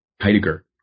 Heidegger